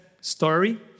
story